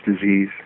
disease